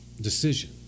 decision